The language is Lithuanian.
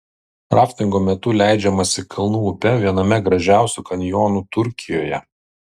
raftingo metu leidžiamasi kalnų upe viename gražiausių kanjonų turkijoje